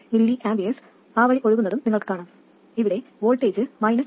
35 mA ആ വഴി ഒഴുകുന്നതും നിങ്ങൾക്ക് കാണാം ഇവിടെ വോൾട്ടേജ് മൈനസ് 2